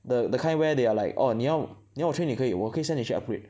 the the kind where they are like orh 你要你要我 train 也可以我可以 send you 去 upgrade